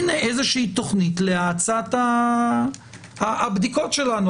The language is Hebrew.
הנה איזושהי תוכנית להאצת הבדיקות שלנו,